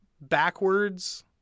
backwards